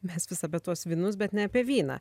mes vis apie tuos vynus bet ne apie vyną